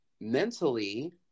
mentally